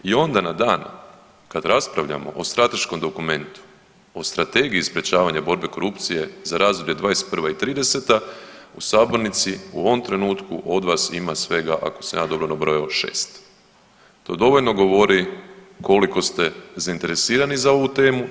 I onda na dan kada raspravljamo o strateškom dokumentu o Strategiji sprječavanja borbe korupcije za razdoblje 21. – 30. u sabornici u ovom trenutku od vas ima svega ako sam ja dobro nabrojao 6. To dovoljno govori koliko ste zainteresirani za ovu temu.